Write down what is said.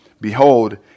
behold